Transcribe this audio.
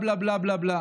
בלה בלה בלה בלה בלה.